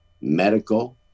medical